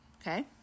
Okay